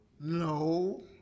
No